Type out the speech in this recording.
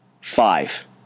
Five